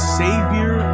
savior